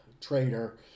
trader